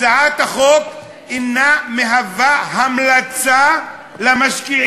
הצעת החוק אינה המלצה למשקיעים.